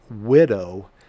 widow